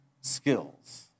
skills